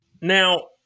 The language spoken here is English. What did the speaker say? Now